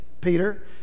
Peter